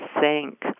sink